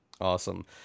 awesome